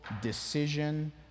decision